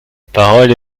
parole